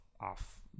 off